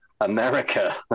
America